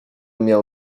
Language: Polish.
miało